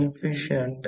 5 milliweber मिळेल